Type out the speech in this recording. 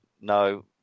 no